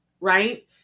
right